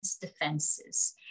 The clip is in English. defenses